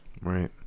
Right